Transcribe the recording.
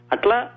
Atla